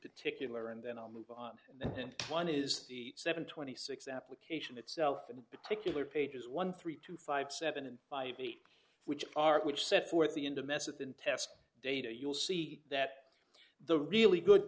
particular and then i'll move on and one is the seven twenty six application itself in particular pages one three two five seven and five eight which are which set forth the into message in test data you'll see that the really good